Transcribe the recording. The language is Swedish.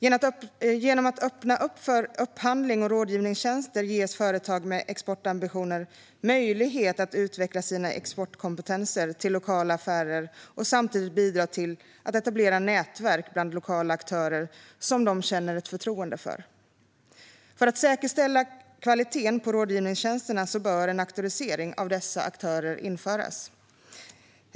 Genom att öppna upp för upphandling och rådgivningstjänster ges företag med exportambitioner möjlighet att utveckla sina exportkompetenser till lokala affärer och samtidigt bidra till att etablera nätverk bland lokala aktörer som de känner förtroende för. För att säkerställa kvaliteten på rådgivningstjänsterna bör en auktorisering av dessa aktörer införas.